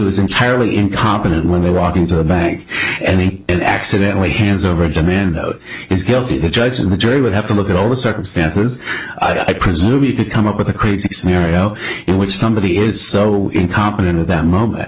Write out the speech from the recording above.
is entirely incompetent when they walk into a bank and he accidentally hands over a demand note he's guilty the judge and the jury would have to look at all the circumstances i presume you could come up with a crazy scenario in which somebody is so incompetent at that moment